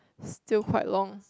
still quite long